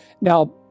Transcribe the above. now